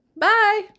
Bye